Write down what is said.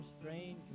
strange